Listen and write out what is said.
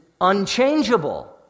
unchangeable